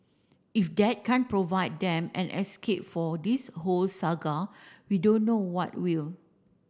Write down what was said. if that can't provide them an escape for this whole saga we don't know what will